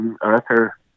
Arthur